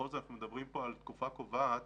כי בכל זאת אנחנו מדברים פה על תקופה קובעת